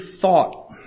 thought